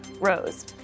rose